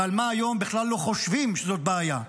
ועל מה היום בכלל לא חושבים שזו בעיה.